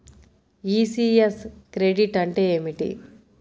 ECS credit అంటే ఏమిటి?